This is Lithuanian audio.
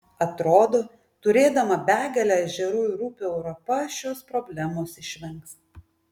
atrodo turėdama begalę ežerų ir upių europa šios problemos išvengs